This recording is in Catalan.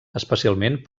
especialment